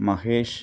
Mahesh